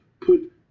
put